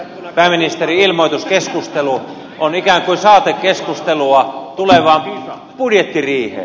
pääministerin ilmoituskeskustelu on ikään kuin saatekeskustelua tulevaan budjettiriiheen